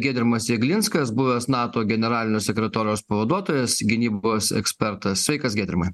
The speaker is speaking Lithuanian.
giedrimas jeglinskas buvęs nato generalinio sekretoriaus pavaduotojas gynybos ekspertas sveikas giedrimai